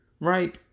right